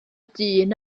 dyn